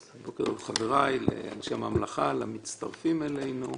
לחבריי, אנשי הממלכה, למצטרפים אלינו,